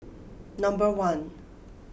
number one